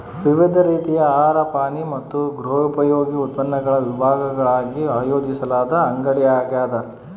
ವಿವಿಧ ರೀತಿಯ ಆಹಾರ ಪಾನೀಯ ಮತ್ತು ಗೃಹೋಪಯೋಗಿ ಉತ್ಪನ್ನಗಳ ವಿಭಾಗಗಳಾಗಿ ಆಯೋಜಿಸಲಾದ ಅಂಗಡಿಯಾಗ್ಯದ